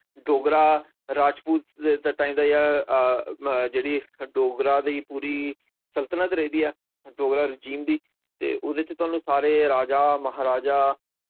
डोगरा राजपूत दे टाइम दा यां जेह्ड़ी डोगरा दे पूरी सल्तनत रेह् दी ऐ डोगरा रेजिम दी ते उदे च थोआनू सारे राजा महाराजा